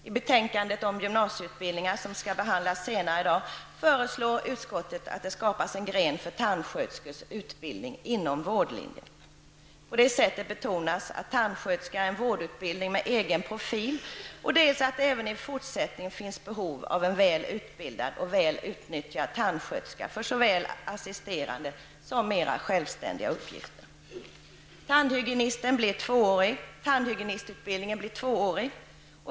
I betänkandet om gymnasieutbildningarna, som skall behandlas senare i dag, föreslår utskottet att det skapas en gren för tandsköterskors utbildning inom vårdlinjen. På det sättet betonas dels att tandsköterskor är en vårdutbildning med egen profil, dels att det även i fortsättningen finns behov av väl utbildade och väl utnyttjade tandsköterskor för såväl assisterande som mera självständiga uppgifter. Tandhygienistutbildningen blir tvåårig.